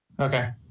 okay